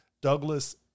Douglas